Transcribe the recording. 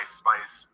spice